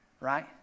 right